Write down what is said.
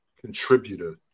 contributor